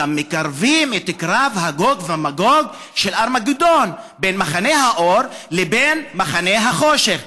מקרבים את קרב גוג ומגוג של ארמגדון בין מחנה האור לבין מחנה החושך.